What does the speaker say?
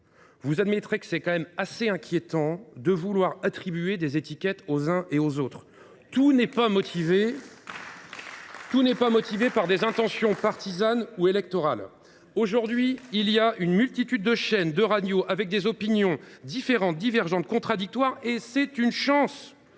fond, admettez qu’il est tout de même assez inquiétant de vouloir attribuer des étiquettes aux uns et aux autres. Tout propos n’est pas motivé par des intentions partisanes ou électorales. Aujourd’hui, il existe une multitude de chaînes et de stations où sont émises des opinions différentes, divergentes, contradictoires, et c’est une chance !